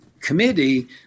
committee